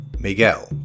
Miguel